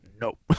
nope